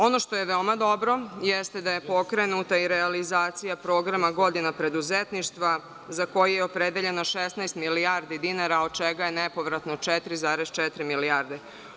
Ono što je veoma dobro, jeste da je pokrenuta i realizacija programa „Godina preduzetništva“ za koji je opredeljen na 16 milijardi dinara, od čega je nepovratno 4,4 milijarde.